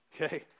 Okay